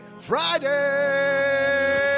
Friday